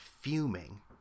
fuming